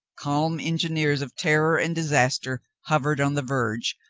calm engineers of terror and disaster, hovered on the verge,